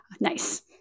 Nice